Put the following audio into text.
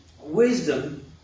Wisdom